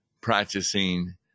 practicing